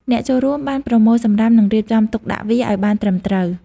អ្នកចូលរួមបានប្រមូលសំរាម និងរៀបចំទុកដាក់វាឱ្យបានត្រឹមត្រូវ។